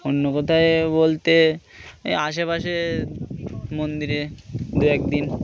অন্য কোথায় বলতে আশেপাশে মন্দিরে দু একদিন